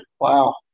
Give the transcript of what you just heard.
wow